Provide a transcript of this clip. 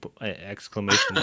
exclamation